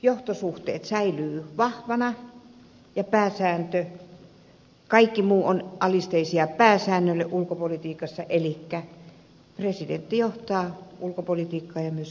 johtosuhteet säilyvät vahvoina ja kaikki muu on alisteista pääsäännölle ulkopolitiikassa elikkä presidentti johtaa ulkopolitiikkaa ja myös päättää siitä